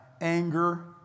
anger